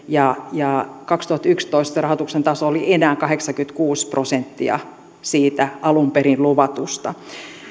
ja ja kaksituhattayksitoista sen rahoituksen taso oli enää kahdeksankymmentäkuusi prosenttia siitä alun perin luvatusta